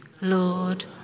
Lord